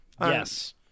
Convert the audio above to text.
Yes